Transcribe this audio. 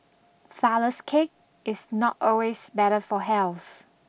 flourless cake is not always better for health